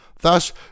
Thus